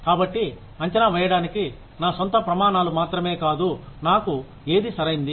కాబట్టి అంచనా వేయడానికి నా సొంత ప్రమాణాలు మాత్రమే కాదు నాకు ఏది సరైంది